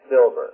silver